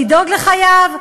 לדאוג לחייו,